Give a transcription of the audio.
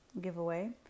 giveaway